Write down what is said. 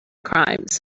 crimes